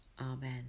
Amen